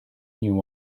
new